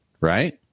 right